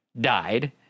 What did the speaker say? died